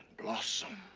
blossom.